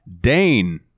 Dane